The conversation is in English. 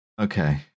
Okay